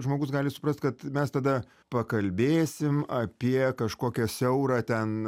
žmogus gali suprast kad mes tada pakalbėsim apie kažkokią siaurą ten